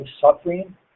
suffering